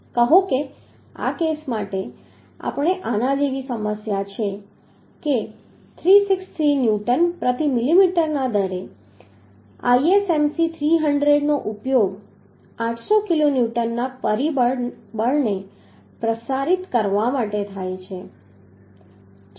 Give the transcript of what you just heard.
કહો કે આ કેસ માટે આપણે આના જેવી સમસ્યા છે કે 363 ન્યૂટન પ્રતિ મિલીમીટરના દરે ISMC300 નો ઉપયોગ 800 કિલોન્યુટનના પરિબળ બળને પ્રસારિત કરવા માટે થાય છે